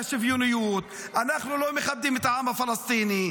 לגבי מה זה מדינה טריוויאלית לבין מה שנקרא מבצר צלבני,